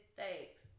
thanks